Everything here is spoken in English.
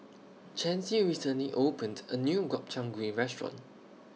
Chancey recently opened A New Gobchang Gui Restaurant